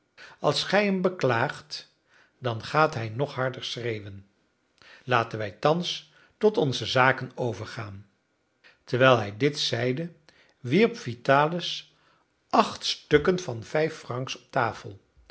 als gij hem beklaagt dan gaat hij nog harder schreeuwen laten wij thans tot onze zaken overgaan terwijl hij dit zeide wierp vitalis acht stukken van vijf francs op tafel